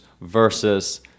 versus